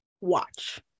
watch